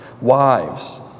wives